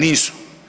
Nisu.